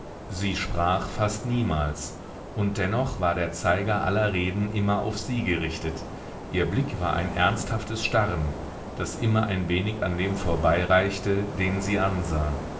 sie sprach fast niemals und dennoch war der zeiger aller reden immer auf sie gerichtet ihr blick war ein ernsthaftes starren das immer ein wenig an dem vorbeireichte den sie ansah